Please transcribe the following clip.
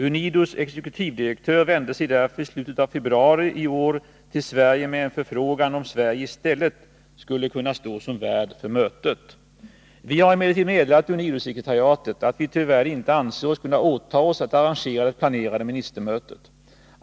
UNIDO:s exekutivdirektör vände sig därför i slutet av februari i år till Sverige med en förfrågan om Sverige i stället | skulle kunna stå som värd för mötet. Vi har emellertid meddelat UNIDO-sekretariatet att vi tyvärr inte anser oss kunna åta oss att arrangera det planerade ministermötet.